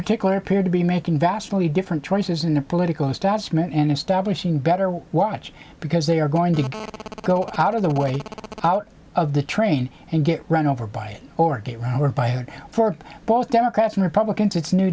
particular appear to be making vastly different choices in the political establishment and establishing better watch because they are going to go out of their way out of the train and get run over by it or get run over by it for both democrats and republicans it's new